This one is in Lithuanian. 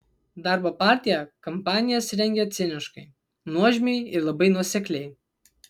darbo partija kampanijas rengia ciniškai nuožmiai ir labai nuosekliai